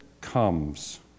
comes